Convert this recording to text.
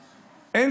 ברור, ברור.